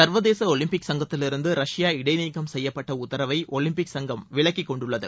சர்வதேச ஒலிம்பிக் சங்கத்திலிருந்து ரஷ்யா இடை நீக்கம் செய்யப்பட்ட உத்தரவை ஒலிம்பிக் சங்கம் விலக்கிக் கொண்டுள்ளது